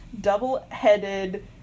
double-headed